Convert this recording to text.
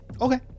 Okay